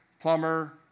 plumber